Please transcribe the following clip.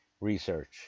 research